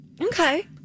Okay